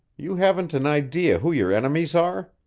you haven't an idea who your enemies are?